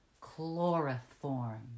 Chloroform